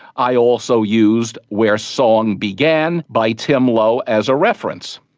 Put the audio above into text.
i also used where song began by tim low as a reference.